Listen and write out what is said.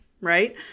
right